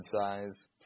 size